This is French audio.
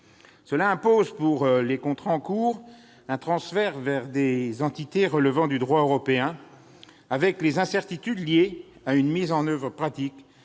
Cela impose, pour les contrats en cours, un transfert vers des entités relevant du droit européen, avec les incertitudes liées à une mise en oeuvre pratique,